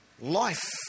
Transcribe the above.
life